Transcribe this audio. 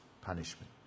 punishment